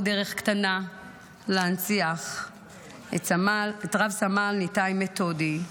עוד דרך קטנה להנציח את רב-סמל ניתאי מטודי,